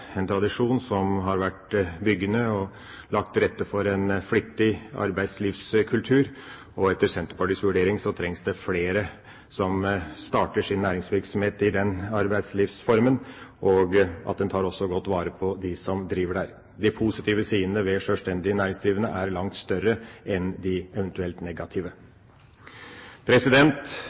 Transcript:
har lagt til rette for en flittig arbeidslivskultur. Etter Senterpartiets vurdering er det behov for flere som starter sin næringsvirksomhet i en slik form for arbeidsliv, og for at en også tar godt vare på dem som driver slik virksomhet. De positive sidene ved sjølstendig næringsvirksomhet er langt større enn de eventuelt negative.